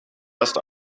erst